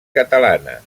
catalana